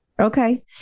Okay